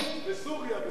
שזה לא מספיק?